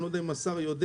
אני לא יודע אם השר יודע,